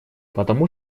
потому